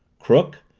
crook,